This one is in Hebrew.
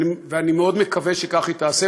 ואני מאוד מקווה שכך היא תעשה,